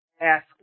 ask